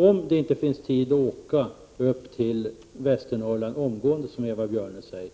Om det inte finns tid, Ingela Thalén, att omgående åka upp till Västernorrland — Eva Björne var inne på den saken —, så